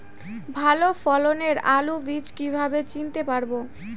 ভালো ফলনের আলু বীজ কীভাবে চিনতে পারবো?